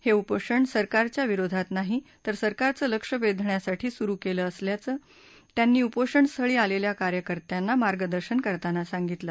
हे उपोषण सरकारच्या विरोधात नाही तर सरकारचं लक्ष वेधण्यासाठी सुरु केलं असल्याचं त्यांनी उपोषणस्थळी आलेल्या कार्यकर्त्यांना मार्गदर्शन करताना सांगितलं